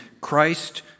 christ